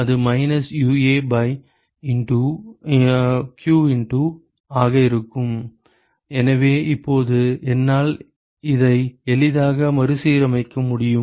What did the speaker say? எனவே அது minus UA by q into ஆக இருக்கும் எனவே இப்போது என்னால் இதை எளிதாக மறுசீரமைக்க முடியும்